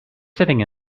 sitting